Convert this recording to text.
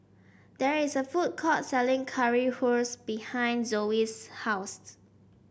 there is a food court selling Currywurst behind Zoey's house